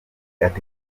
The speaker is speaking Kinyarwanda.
ati